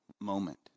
moment